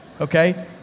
okay